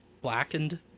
blackened